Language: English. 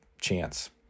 chance